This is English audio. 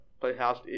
playhouse